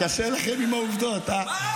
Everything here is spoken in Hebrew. קשה לכם עם העובדות, הא?